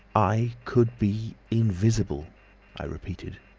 i could be invisible i repeated.